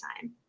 time